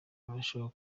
arushaho